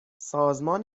سازمان